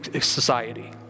society